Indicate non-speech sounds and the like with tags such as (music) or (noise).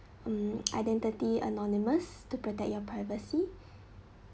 um (noise) identity anonymous to protect your privacy